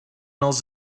els